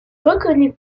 reconnue